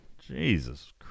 Jesus